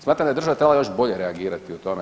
Smatram da je država trebala još bolje reagirati u tome.